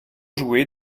joué